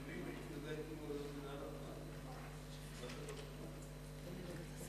הוא נהיה דוקטור, נחמן